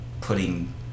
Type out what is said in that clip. putting